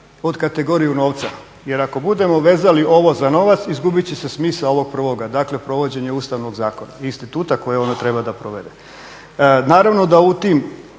od kategorije novca jer ako budemo vezali ovo za novac, izgubit će se smisao ovog prvoga, dakle provođenja Ustavnog zakona i instituta koje ono treba da provede. Naravno da u tim,